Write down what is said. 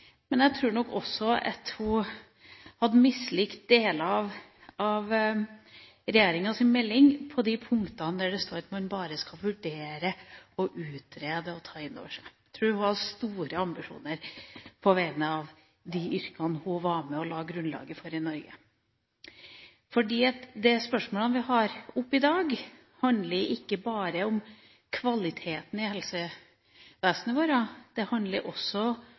men jeg tror nok også at hun hadde mislikt deler av regjeringas melding på de punktene der det står at man bare skal «vurdere» og «utrede» og ta inn over seg. Jeg tror hun hadde store ambisjoner på vegne av de yrkene hun var med og la grunnlaget for i Norge. De spørsmålene vi har oppe i dag, handler ikke bare om kvaliteten i helsevesenet vårt. Det handler også